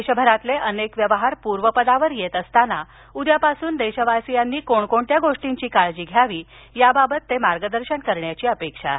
देशभरातील अनेक व्यवहार पूर्वपदावर येत असताना उद्यापासून देशवासियांनी कोणकोणत्या गोष्टींची काळजी घ्यायची आहे याबाबत ते संबोधन करण्याची अपेक्षा आहे